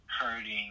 hurting